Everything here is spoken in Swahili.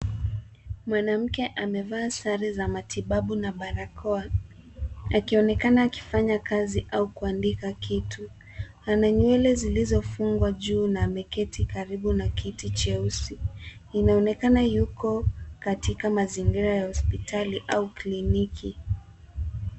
Mwanamke amevaa sare za matibabu na ana barakoa akionekana akifanya kazi au kuandika kitu. Ana nywele zilizofungwa juu na ameketi karibu na kiti cheusi. Inaonekana yuko katika mazingira ya hospitali au kliniki.